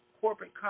corporate